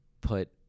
put